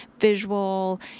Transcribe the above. visual